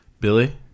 Billy